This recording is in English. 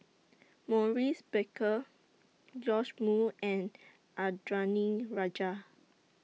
Maurice Baker Joash Moo and Indranee Rajah